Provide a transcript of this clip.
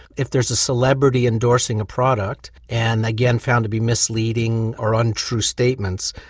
if there's a celebrity endorsing a product and, again, found to be misleading or untrue statements,